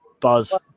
Buzz